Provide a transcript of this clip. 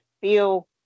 feel